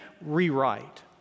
rewrite